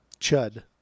Chud